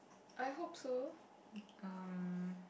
I hope so